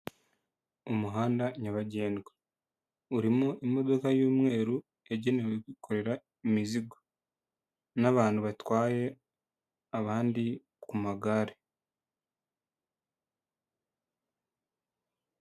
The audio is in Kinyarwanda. Umuhanda nyabagendwa urimo imodoka y'umweru yagenewe kwikorera imizigo n'abantu batwaye abandi ku magare.